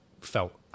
felt